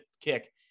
kick